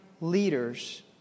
leaders